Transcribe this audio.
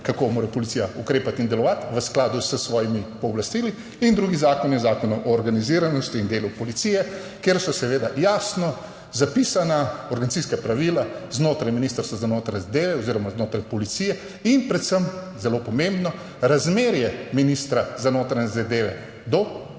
kako mora policija ukrepati in delovati v skladu s svojimi pooblastili in drugi zakon je Zakon o organiziranosti in delu policije, kjer so seveda jasno zapisana organizacijska pravila znotraj Ministrstva za notranje zadeve oziroma znotraj policije in predvsem zelo pomembno razmerje ministra za notranje